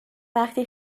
وقتی